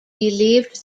believed